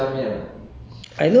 虾面